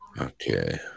Okay